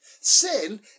sin